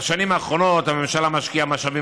בשנים האחרונות הממשלה משקיעה משאבים